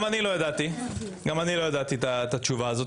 גם אני לא ידעתי את התשובה הזאת.